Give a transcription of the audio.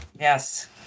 Yes